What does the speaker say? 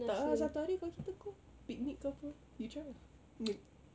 tak ah satu hari kalau kita go picnic ke apa you try ah